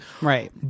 Right